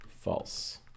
false